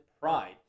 pride